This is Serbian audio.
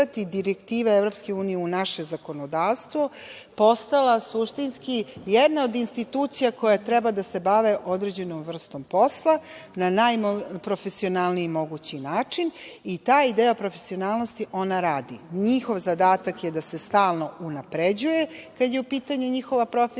direktive EU u naše zakonodavstvo, postala suštinski jedna od institucija koja treba da se bavi određenom vrstom posla na najprofesionalniji mogući način i taj deo profesionalnosti ona radi. Njihov zadatak je da se stalno unapređuje kada je u pitanju njihova profesija